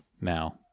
now